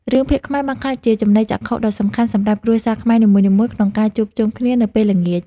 រឿងភាគខ្មែរបានក្លាយជាចំណីចក្ខុដ៏សំខាន់សម្រាប់គ្រួសារខ្មែរនីមួយៗក្នុងការជួបជុំគ្នានៅពេលល្ងាច។